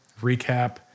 recap